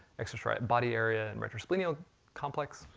extrastriate body area, and retrosplenial complex,